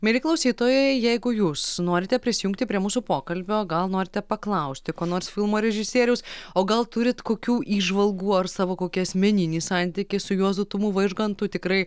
mieli klausytojai jeigu jūs norite prisijungti prie mūsų pokalbio gal norite paklausti ko nors filmo režisieriaus o gal turit kokių įžvalgų ar savo kokį asmeninį santykį su juozu tumu vaižgantu tikrai